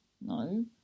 No